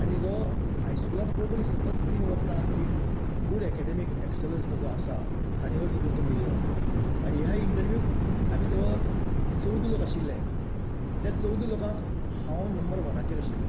आनी जो हायस्कुलांत कोंकणी सतत तीन वर्सां आनी विथ गुड एकेडेमिक एक्सलंन्स जाचो आसा ताणे अर्ज करचो म्हणिल्लो आनी ह्या इंन्टर्व्युक आमी जवळ चवदां लोक आशिल्ले त्या चवदां लोकांक हांव नंबर वनाचेर आशिल्लो